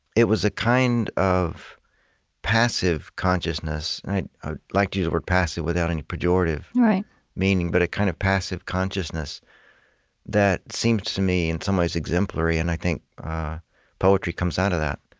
it was a kind of passive consciousness and i'd ah like to use the word passive without any pejorative meaning, but a kind of passive consciousness that seems to me, in some ways, exemplary. and i think poetry comes out of that